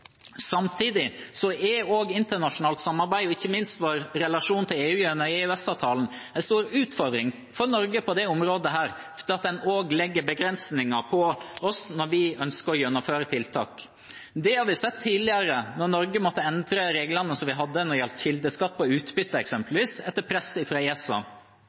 Samtidig er også internasjonalt samarbeid og ikke minst vår relasjon til EU gjennom EØS-avtalen en stor utfordring for Norge på dette området fordi det også legger begrensninger på oss når vi ønsker å gjennomføre tiltak. Det har vi sett tidligere, eksempelvis da Norge etter press fra ESA måtte endre reglene som vi hadde når det gjaldt kildeskatt på utbytte.